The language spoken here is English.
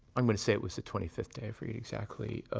i'm going to say it was the twenty-fifth day, i forget exactly,